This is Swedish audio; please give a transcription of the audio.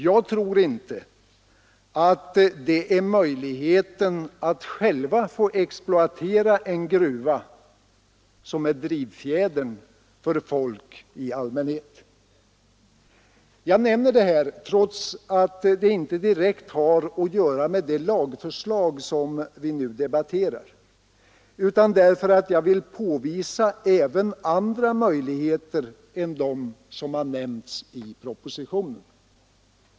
Jag tror inte att det är möjligheten att själv få exploatera en gruva som är drivfjädern för folk i allmänhet. Jag nämner detta, trots att det inte direkt har att göra med det lagförslag vi nu debatterar, därför att jag vill påvisa även andra möjligheter än de som nämnts i propositionen.